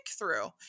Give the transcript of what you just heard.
breakthrough